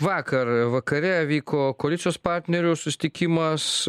vakar vakare vyko koalicijos partnerių susitikimas